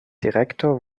direktor